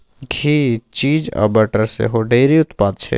घी, cheese आ butter सेहो dairy उत्पाद छै